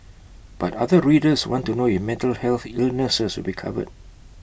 but other readers want to know if mental health illnesses will be covered